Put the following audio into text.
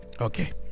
Okay